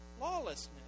Lawlessness